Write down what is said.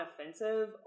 offensive